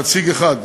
נציג אחד,